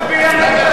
הוא מצביע נגד הסעיף.